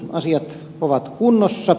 asiat on kunnossa